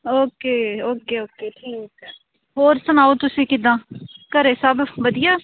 okay okay okay ਠੀਕ ਹੈ ਹੋਰ ਸੁਣਾਓ ਤੁਸੀਂ ਕਿੱਦਾਂ ਘਰ ਸਭ ਵਧੀਆ